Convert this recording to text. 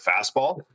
fastball